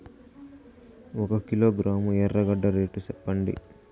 ఒక కిలోగ్రాము ఎర్రగడ్డ రేటు సెప్పండి?